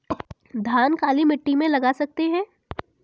धान काली मिट्टी में लगा सकते हैं?